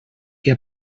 què